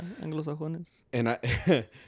anglosajones